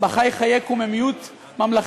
בה חי חיי קוממיות ממלכתית,